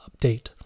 update